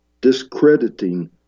discrediting